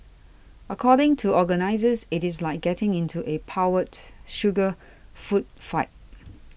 according to organizes it is like getting into a powdered sugar food fight